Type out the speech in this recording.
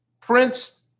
Prince